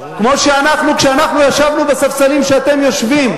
כמו שאנחנו, כשאנחנו ישבנו בספסלים שאתם יושבים,